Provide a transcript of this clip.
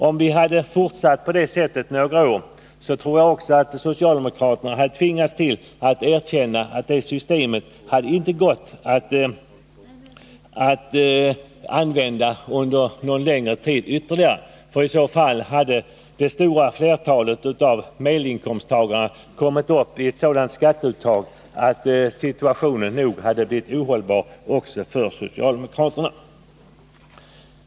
Om man hade fortsatt på det sättet under några år till, tror jag att också socialdemokraterna hade tvingats erkänna att det systemet inte hade gått att använda under någon längre tid ytterligare, för i så fall hade det stora flertalet av medelinkomsttagarna kommit upp i sådant skatteuttag att situationen nog hade blivit ohållbar också för socialdemokraterna.